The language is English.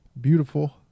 Beautiful